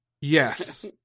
Yes